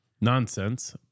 nonsense